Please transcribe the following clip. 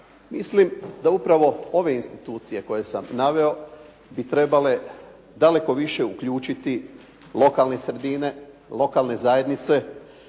Mislim da upravo ove institucije koje sam naveo bi trebale daleko više uključiti lokalne sredine, lokalne zajednice